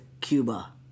Cuba